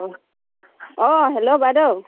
অঁ অঁ হেল্ল' বাইদেউ